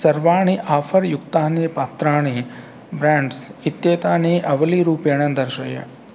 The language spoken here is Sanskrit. सर्वाणि आफ़र् युक्तानि पात्राणि ब्रेण्ड्स् इत्येतानि आवलिरूपेण दर्शय